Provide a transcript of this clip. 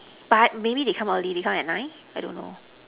but maybe they come early they come at nine I don't know